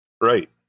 Right